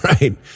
right